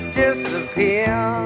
disappear